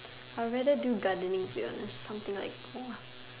I rather do gardening to be honest something like